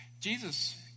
Jesus